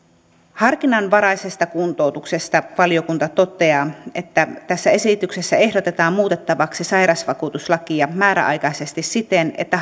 harkinnanvaraisesta kuntoutuksesta valiokunta toteaa että tässä esityksessä ehdotetaan muutettavaksi sairausvakuutuslakia määräaikaisesti siten että